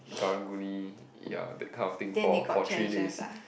Karang-Guni ya that kind of thing for for three days